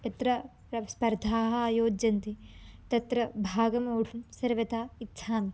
यत्र प्रव् स्पर्धाः अयोज्यन्ते तत्र भागं वोढुं सर्वथा इच्छामि